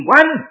one